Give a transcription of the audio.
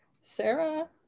Sarah